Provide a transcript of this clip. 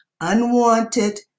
unwanted